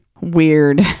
Weird